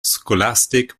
scholastic